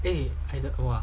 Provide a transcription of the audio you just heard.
eh